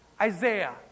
Isaiah